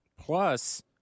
Plus